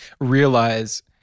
realize